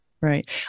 Right